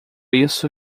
isso